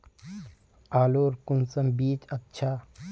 आलूर कुंसम बीज अच्छा?